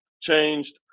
changed